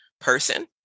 person